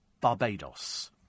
Barbados